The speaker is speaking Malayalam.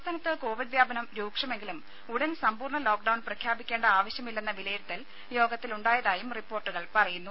സംസ്ഥാനത്ത് കോവിഡ് വ്യാപനം രൂക്ഷമെങ്കിലും ഉടൻ സമ്പൂർണ്ണ ലോക്ഡൌൺ പ്രഖ്യാപിക്കേണ്ട ആവശ്യമില്ലെന്ന വിലയിരുത്തൽ യോഗത്തിൽ ഉണ്ടായതായും റിപ്പോർട്ടുകൾ പറയുന്നു